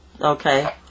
Okay